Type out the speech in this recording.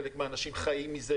חלק מהאנשים חיים מזה,